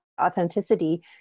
authenticity